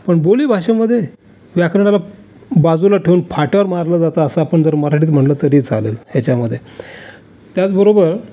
पण बोलीभाषेमध्ये व्याकरणाला बाजूला ठेवून फाट्यावर मारलं जातं असं आपण जर मराठीत म्हटलं तरी चालेल ह्याच्यामध्ये त्याचबरोबर